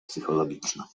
psychologiczna